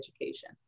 education